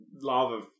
lava